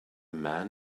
man